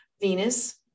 Venus